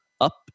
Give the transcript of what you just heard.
up